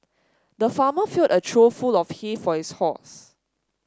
the farmer filled a trough full of hay for his horse